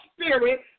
spirit